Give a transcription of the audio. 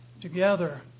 together